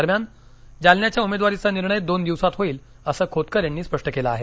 दरम्यान जालन्याच्या उमेदवारीचा निर्णय दोन दिवसात होईल असं खोतकर यांनी स्पष्ट केलं आहे